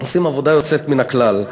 עושים עבודה יוצאת מן הכלל.